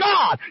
God